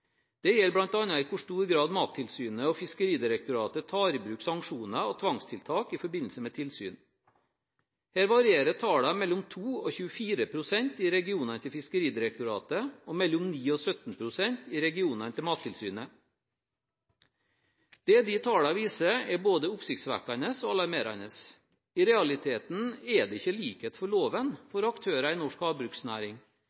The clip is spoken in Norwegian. Dette gjelder bl.a. i hvor stor grad Mattilsynet og Fiskeridirektoratet tar i bruk sanksjoner og tvangstiltak i forbindelse med tilsyn. Her varierer tallene mellom 2 og 24 pst. i regionene til Fiskeridirektoratet og mellom 9 og 17 pst. i regionene til Mattilsynet. Det disse tallene viser, er både oppsiktsvekkende og alarmerende. I realiteten er det ikke likhet for loven